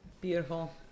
Beautiful